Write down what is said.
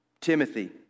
Timothy